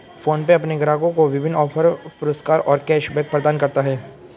PhonePe अपने ग्राहकों को विभिन्न ऑफ़र, पुरस्कार और कैश बैक प्रदान करता है